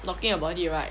talking about it right